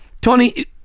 Tony